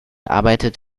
arbeitet